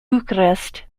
bucharest